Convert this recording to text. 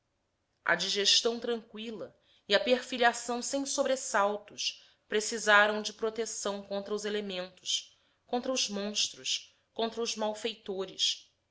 a digestão tranqüila e a perfilhação sem sobressaltos precisaram de proteção contra os elementos contra os monstros contra os malfeitores